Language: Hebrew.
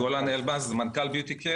שמי גולן אלבז, מנכ"ל ביוטיקייר.